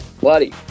Buddy